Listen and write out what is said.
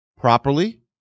properly